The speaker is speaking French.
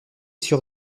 sur